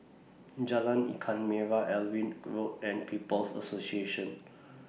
Jalan Ikan Merah Alnwick Road and People's Association